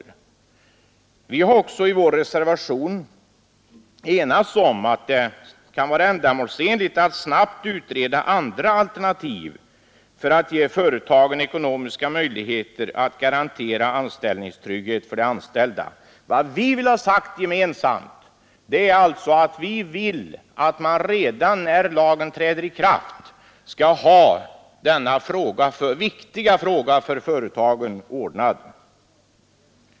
Vi har också i vår reservation enats om att det kan vara ändamålsenligt att snabbt utreda andra alternativ för att ge företagen ekonomiska möjligheter att garantera anställningstrygghet för de anställda. Vad vi gemensamt vill ha sagt är alltså att man redan när lagen träder i kraft bör ha denna viktiga fråga för företagen ordnad.